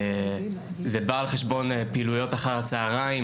וזה בא על חשבון פעילויות אחר הצהריים,